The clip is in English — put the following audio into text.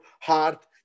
heart